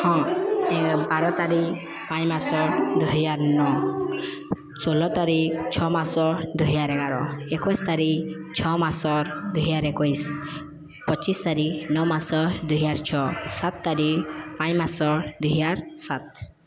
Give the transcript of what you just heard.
ହଁ ବାର ତାରିଖ ପାଞ୍ଚ ମାସ ଦୁଇହଜାର ନଅ ଷୋହଳ ତାରିଖ ଛଅ ମାସ ଦୁଇହଜାର ଏଗାର ଏକୋଇଶି ତାରିଖ ଛଅ ମାସ ଦୁଇହଜାର ଏକୋଇଶି ପଚିଶି ତାରିଖ ନଅ ମାସ ଦୁଇହଜାର ଛଅ ସାତ ତାରିଖ ପାଞ୍ଚ ମାସ ଦୁଇହଜାର ସାତ